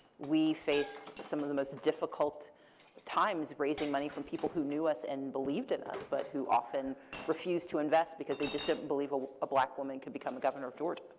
we faced some of the most difficult times raising money from people who knew us and believed in us, but who often refused to invest, because they just didn't believe a a black woman could become a governor of georgia.